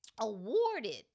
awarded